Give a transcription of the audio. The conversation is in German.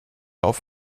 auf